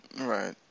right